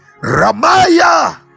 Ramaya